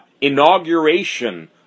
inauguration